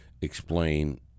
explain